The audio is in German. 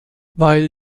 weil